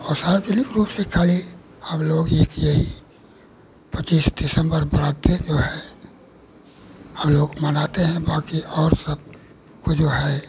और सार्वजानिक रूप से ख़ाली हम लोग एक यही पच्चीस दिसम्बर बड़ा दिन जो है हम लोग मनाते हैं बाक़ी और सब को जो है